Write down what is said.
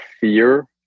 fear